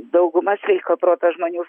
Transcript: dauguma sveiko proto žmonių